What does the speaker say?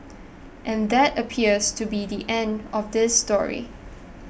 and that appears to be the end of this story